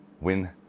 win